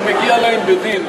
שמגיע להם בדין,